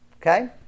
Okay